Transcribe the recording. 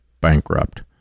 bankrupt